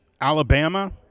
Alabama